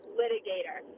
litigator